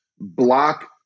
block